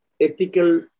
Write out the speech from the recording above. ethical